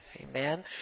Amen